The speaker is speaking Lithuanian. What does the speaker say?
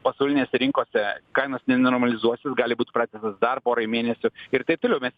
pasaulinėse rinkose kainos nenormalizuosis gali būt pratęstas dar porai mėnesių ir taip toliau mes